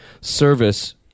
service